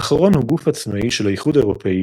האחרון הוא גוף עצמאי של האיחוד האירופי,